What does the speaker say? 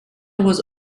was